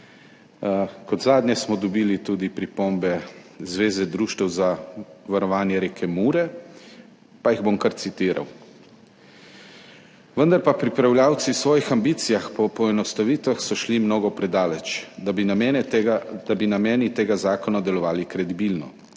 Kot zadnje smo dobili tudi pripombe Zveze društev za varovanje reke Mure, pa jih bom kar citiral: »Vendar pa pripravljavci v svojih ambicijah po poenostavitvah so šli mnogo predaleč, da bi namene tega, da bi nameni tega zakona delovali kredibilno.